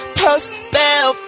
post-bell